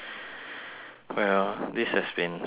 wait ah this has been so productive